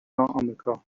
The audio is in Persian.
آمریکا